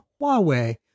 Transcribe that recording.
Huawei